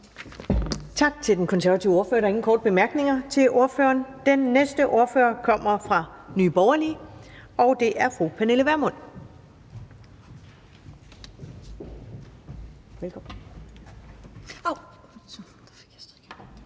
Tak til den konservative ordfører. Der er ingen korte bemærkninger til ordføreren. Den næste ordfører kommer fra Nye Borgerlige, og det er fru Pernille Vermund. Velkommen.